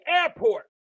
airport